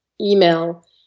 email